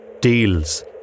deals